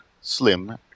slim